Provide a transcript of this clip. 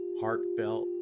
heartfelt